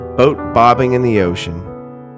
Boat-bobbing-in-the-ocean